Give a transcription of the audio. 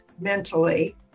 mentally